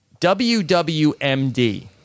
WWMD